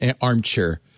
armchair